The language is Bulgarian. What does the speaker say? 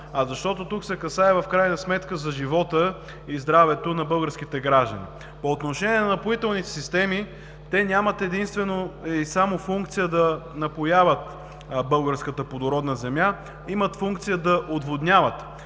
а защото тук в крайна сметка се касае за живота и здравето на българските граждани. По отношение на напоителните системи, те нямат единствено и само функция да напояват българската плодородна земя, имат функция да отводняват.